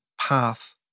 path